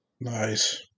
Nice